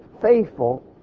faithful